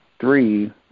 three